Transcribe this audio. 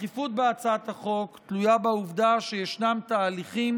הדחיפות בהצעת החוק תלויה בעובדה שישנם תהליכים